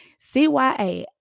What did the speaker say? Cya